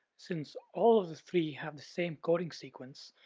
since all of the three have the same coding sequence,